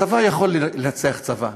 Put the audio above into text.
צבא יכול לנצח צבא,